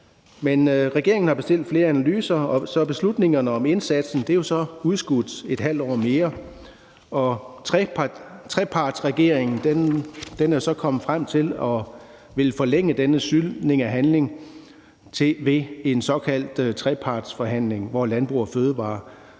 Men regeringen har bestilt flere analyser, så beslutningerne om indsatsen er jo så udskudt et halvt år mere. Trepartiregeringen er så kommet frem til at ville forlænge denne syltning af handling ved en såkaldt trepartsforhandling, hvor Landbrug & Fødevarer